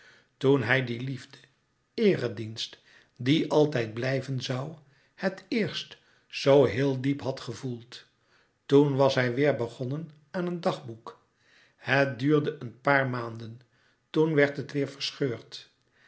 toen hij die liefde eeredienst die altijd blijven zoû het eerst zoo heel diep had gevoeld toen was hij weêr begonnen aan een dagboek het duurde een paar maanden toen werd het weêr verscheurd